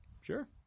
sure